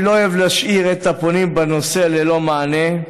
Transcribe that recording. אני לא אוהב להשאיר את הפונים בנושא בלא מענה.